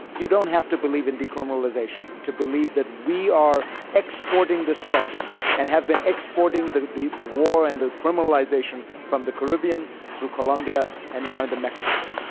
you don't have to believe in decriminalization to believe that we are exporting this problem and have been exporting the the war and the criminalization from the caribbean through colombia, and now into mexico.